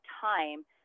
time